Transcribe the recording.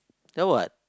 ya what